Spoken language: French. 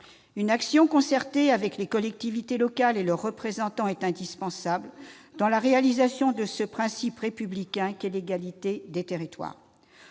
Une action concertée avec les collectivités locales et leurs représentants est indispensable dans la réalisation de ce principe républicain qu'est l'égalité des territoires.